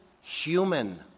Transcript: human